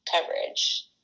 coverage